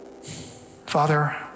Father